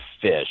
fish